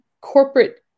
corporate